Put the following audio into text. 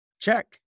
check